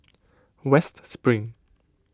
West Spring